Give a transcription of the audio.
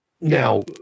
Now